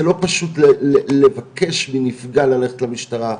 זה לא פשוט לבקש מנפגע ללכת למשטרה,